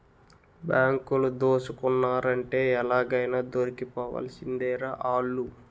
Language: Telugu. బాంకులు దోసుకున్నారంటే ఎలాగైనా దొరికిపోవాల్సిందేరా ఆల్లు